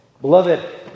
Beloved